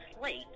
slate